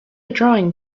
drawing